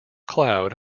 cloud